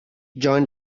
join